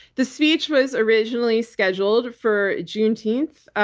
the speech was originally scheduled for juneteenth,